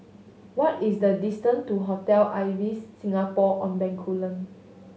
what is the distance to Hotel Ibis Singapore On Bencoolen